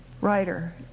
writer